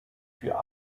für